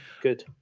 Good